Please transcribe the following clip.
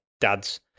dads